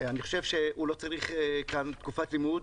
אני חושב שהוא לא צריך כאן תקופת לימוד.